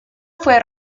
fue